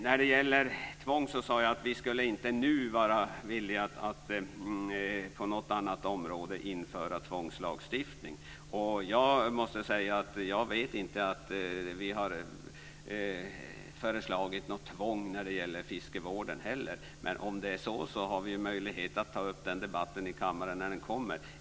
När det gäller tvång sade jag att vi inte nu är villiga att på något annat område införa tvångslagstiftning. Jag måste säga att jag inte vet att vi har föreslagit något tvång när det gäller fiskevården heller. Men om det är så, har vi ju möjlighet att ta upp frågan i debatten i kammaren när den kommer.